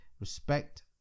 respect